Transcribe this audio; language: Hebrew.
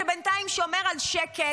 שבינתיים שומר על שקט,